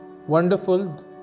wonderful